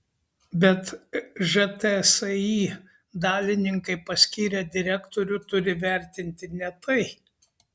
bet žtsi dalininkai paskyrę direktorių turi vertinti ne tai